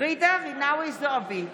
ג'ידא רינאוי זועבי,